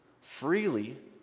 freely